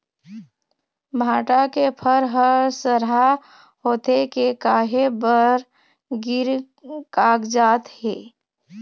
भांटा के फर हर सरहा होथे के काहे बर गिर कागजात हे?